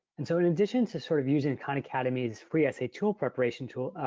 and so in addition to sort of using khan academy is free as a tool preparation tool,